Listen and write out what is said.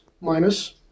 minus